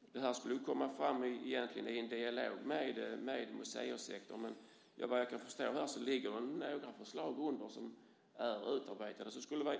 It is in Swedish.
Det skulle egentligen komma fram i en dialog med museisektorn. Men som jag förstår ligger det några förslag som är utarbetade.